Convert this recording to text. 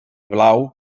blau